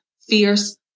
fierce